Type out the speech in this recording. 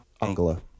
Angela